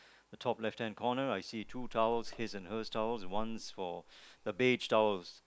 the top left hand corner I see two towels his and her towels and once for the beach towels